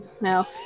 No